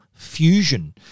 Fusion